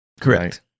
Correct